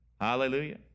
Hallelujah